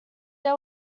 this